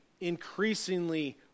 increasingly